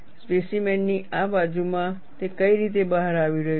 specimen ની આ બાજુમાં તે કઈ રીતે બહાર આવી રહ્યું છે